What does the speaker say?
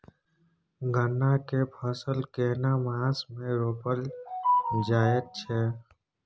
गन्ना के फसल केना मास मे रोपल जायत छै?